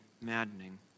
maddening